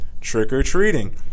trick-or-treating